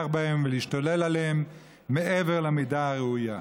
בהם ולהשתולל עליהם מעבר למידה הראויה.